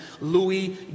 Louis